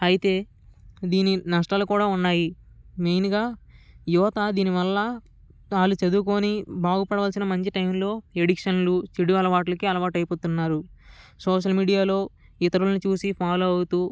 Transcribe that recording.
అయితే దీని నష్టాలు కూడా వున్నాయి మెయిన్గా యువత దీని వల్ల వాళ్ళు చదువుకొని బాగుపడాల్సిన మంచి టైంలో అడిక్షన్లు చెడు అలవాట్లకి అలవాటు అయిపోతున్నారు సోషల్ మీడియాలో ఇతరులని చూసి ఫాలో అవుతూ